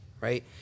Right